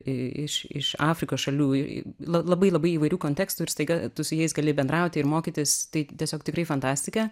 i iš iš afrikos šalių i labai labai įvairių kontekstų ir staiga tu su jais gali bendrauti ir mokytis tai tiesiog tikrai fantastika